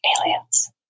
Aliens